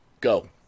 Go